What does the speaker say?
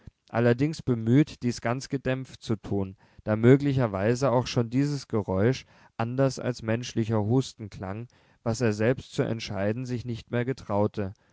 allerdings bemüht dies ganz gedämpft zu tun da möglicherweise auch schon dieses geräusch anders als menschlicher husten klang was er selbst zu entscheiden sich nicht mehr getraute